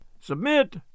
Submit